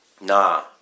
Nah